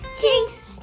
jinx